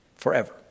Forever